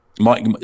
Mike